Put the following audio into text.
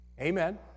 Amen